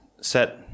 set